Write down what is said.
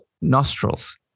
nostrils